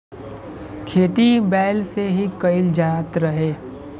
खेती बैल से ही कईल जात रहे